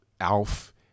alf